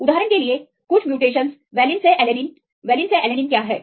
उदाहरण के लिए कुछ म्यूटेशनस वैलिन से एलेनिनवेलिन से एलैनिन क्या है